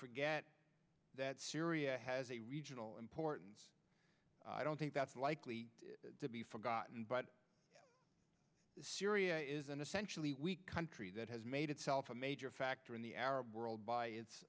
forget that syria has a regional importance i don't think that's likely to be forgotten but syria is an essentially weak country that has made itself a major factor in the arab world by its